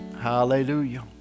Hallelujah